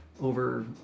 over